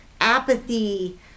apathy